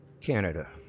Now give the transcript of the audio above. Canada